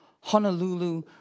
Honolulu